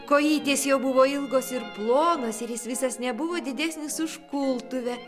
kojytės jo buvo ilgos ir plonos ir jis visas nebuvo didesnis už kultuvę